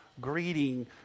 greeting